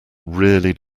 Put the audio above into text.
really